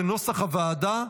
כנוסח הוועדה.